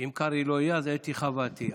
אם קרעי לא יהיה, אז אתי חוה עטייה.